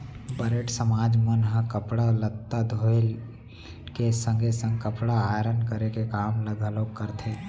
बरेठ समाज मन ह कपड़ा लत्ता धोए के संगे संग कपड़ा आयरन करे के काम ल घलोक करथे